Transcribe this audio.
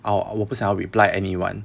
oh 我不想 reply anyone